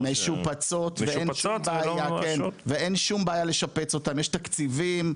משופצות ואין שום בעיה לשפץ אותן, יש תקציבים,